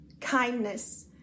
kindness